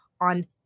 on